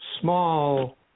small